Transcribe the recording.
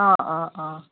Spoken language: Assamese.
অঁ অঁ অঁ